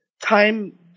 time